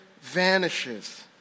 vanishes